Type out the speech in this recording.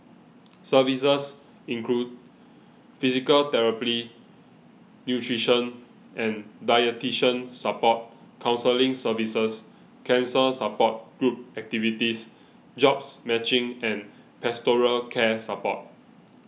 services include physical therapy nutrition and dietitian support counselling services cancer support group activities jobs matching and pastoral care support